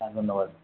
হ্যাঁ ধন্যবাদ